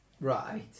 Right